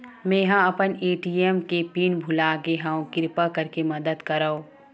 मेंहा अपन ए.टी.एम के पिन भुला गए हव, किरपा करके मदद करव